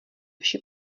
vše